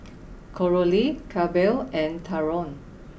Coralie Clabe and Talon